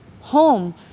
home